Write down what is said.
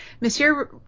Monsieur